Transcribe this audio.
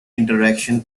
interaction